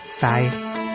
Bye